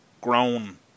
grown